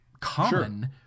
common –